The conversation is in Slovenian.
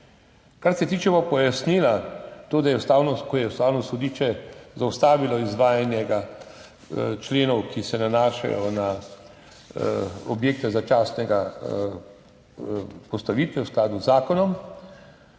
Kar se pa tiče pojasnila, ko je Ustavno sodišče zaustavilo izvajanje členov, ki se nanašajo na objekte začasne postavitve v skladu z zakonom,